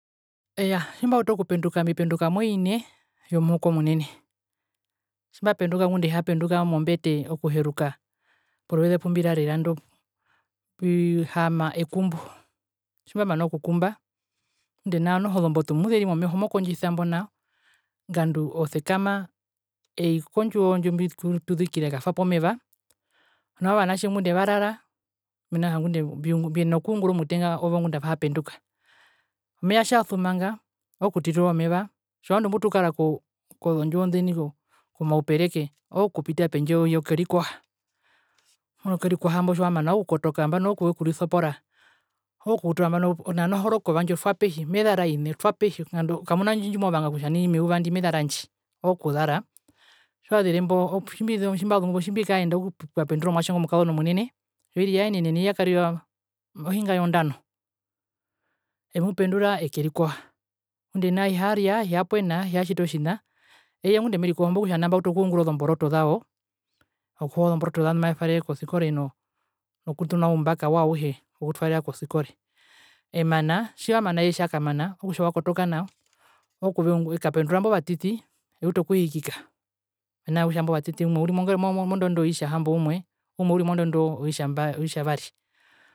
Iyaa tjimbautu okupenduka mbipenduka moine yomuhukomunene. Tjimbapenduka ngunda ehapenduka mombete okuheruka poruveze pumbirarerando mbihaama ekumbu, tjimbamana okukumba ngundee nao noho ozombotu omuzeri momeho mokondjisa mbo nao, ngandu osekama ei kondjiwo ndji kutuzikira ekatwapo omeva. nao ovanatje ngundee varara mena rokutja ngundee mbiyenena okuungura omutenga ngunda owo avehapenduka. Omeva tjiyasuma nga ookutirira omeva, otjovandu mbutukara mozondjiwo ndena komaupereke ookupita pendje oi okerikoha. Tjiwekerikoha mbo tjiwamana ookukotoka nambano ookurisopora ooku uta nambano onana ohorokova ndji otwa pehi, mezara ine, otwapehi, mezara ine, otwapehi nganda okamuna indji ndjimovanga kutja nai meyuva ndi mezara ndji. ookuzara, tjiwazirembo tjimbazumbo otjimbikaenda ookukapendura omuatje ingomukazona omunene, oiri yaenene nai yakarira ohinga yondano. Emupendura ekerikoha. Ngunda nao hiyarya, hiyapwena hiyatjita otjina. Eye ngunda amerikoho mbo okutja nao mbautu okuungura ozomborotozawo, okuhua ozomboroto zao ndumavetwaerere kosikore nokutuna oumbaka wao ouhe nokutwaerera kosikore. Emana, tjamana eye tjakamana, okutja wakotoka nao, ekapendura imbovatiti eutu okuhikika. Mene rokutja imbovatiti umwe uri mondondo oitja hamboumwe, umwe uri mondondo oitjavari.